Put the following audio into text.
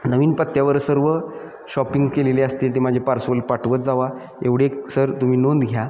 नवीन पत्त्यावर सर्व शॉपिंग केलेली असतील ते माझे पार्सल पाठवत जावा एवढे एक सर तुम्ही नोंद घ्या